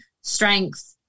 strength